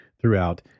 throughout